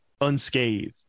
unscathed